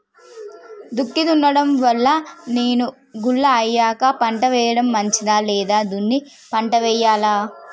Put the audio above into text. దుక్కి దున్నడం వల్ల నేల గుల్ల అయ్యాక పంట వేయడం మంచిదా లేదా దున్ని పంట వెయ్యాలా?